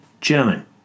German